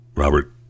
Robert